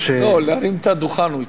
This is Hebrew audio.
לא, להרים את הדוכן הוא מתכוון.